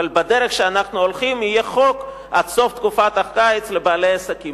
אבל בדרך שאנחנו הולכים יהיה חוק עד סוף הקיץ לבעלי עסקים.